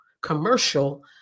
commercial